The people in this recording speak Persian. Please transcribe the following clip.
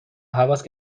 هواس